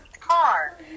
Car